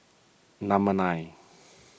number nine